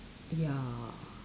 ya